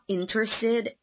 interested